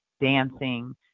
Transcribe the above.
dancing